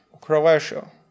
Croatia